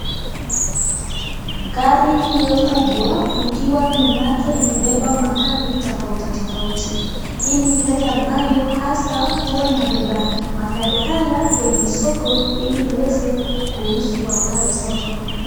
Gari kubwa ikiwa nyuma yake imebeba magari tofauti tofauti. Ni gari ambayo hasa huwa inabeba magari haya kwenye soko ili iweze kuuzwa.